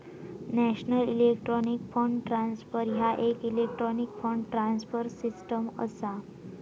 national electronic fund transfer ह्या येक electronic fund transfer system असा